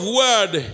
word